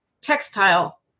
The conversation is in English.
textile